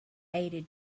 eighty